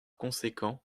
conséquent